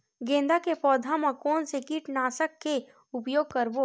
गेंदा के पौधा म कोन से कीटनाशक के उपयोग करबो?